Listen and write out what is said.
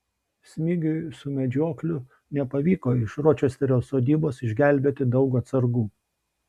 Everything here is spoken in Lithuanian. smigiui su medžiokliu nepavyko iš ročesterio sodybos išgelbėti daug atsargų